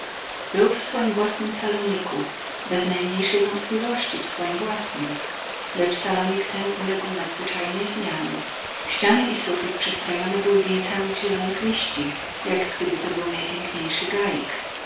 był w swoim własnym saloniku bez najmniejszej wątpliwości w swoim własnym lecz salonik ten uległ nadzwyczajnej zmianie ściany i sufit przystrojone były wieńcami z zielonych liści jak gdyby to był najpiękniejszy